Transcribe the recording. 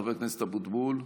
חבר הכנסת אבוטבול.